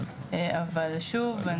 אבל שוב,